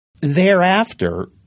thereafter